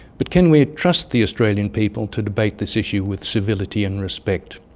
but can we trust the australian people to debate this issue with civility and respect?